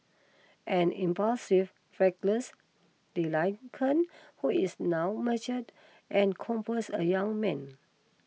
an impulsive reckless delinquent who is now matured and compose a young man